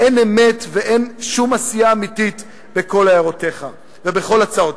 אין אמת ואין שום עשייה אמיתית בכל הערותיך ובכל הצעותיך.